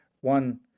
one